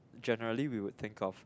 generally we would think of